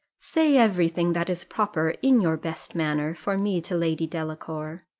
say every thing that is proper, in your best manner, for me to lady delacour.